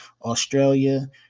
Australia